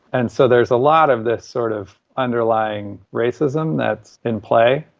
and so there's a lot of this, sort of, underlying racism that's in play.